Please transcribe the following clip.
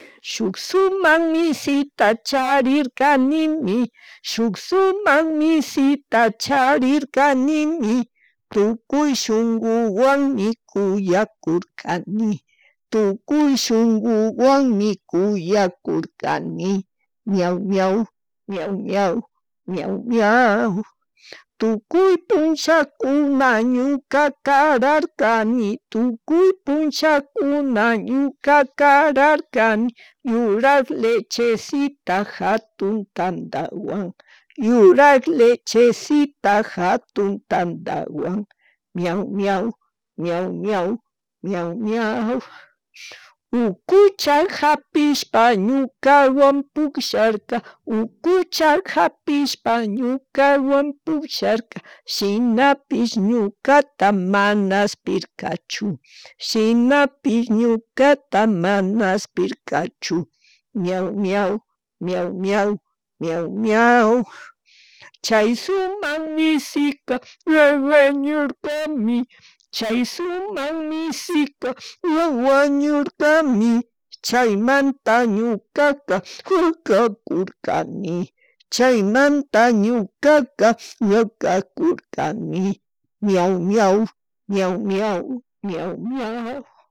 Shuk sumak mishita charirkanimi, shuk shumak mishita tukuy shunkuwami kuyakurkani, tukuy shunkuwanmi kuyakurkani miaw, miaw, miaw, miaw, miaw miaw. Tukuy punllakuna ñuka kararkani, tukuy punllakuna ñuka kararkani, yuyak lecheshita, jatun tandawan, yuyak lecheshita jatun tandawan miaw, miaw, miaw, miaw, miaw, miaw. Ukucha japishpa ñukawan pugllarka, ukucha japishpa ñukawan pugllakka shinapish ñukata mana ashpirkachu, shinapish ñukata mana ashpirkachu miaw, miaw, miaw, miaw, miaw, miaw. Chay sumak mishika ña yañuskami, chay shumak mishika ña wañurka chaymanta ñuka, wakakurkani, chaymanta ñukaka, wakakurkani miaw, miaw, miaw, miaw